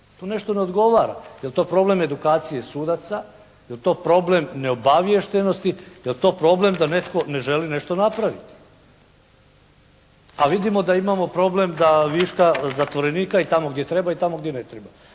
Tu nešto ne odgovara. Je li to problem edukacije sudaca, je li to problem neobaviještenosti, je li to problem da netko ne želi nešto napraviti? A vidimo da imamo problem da viška zatvorenika i tamo gdje treba i tamo gdje ne treba.